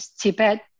Tibet